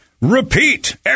repeat